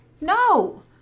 no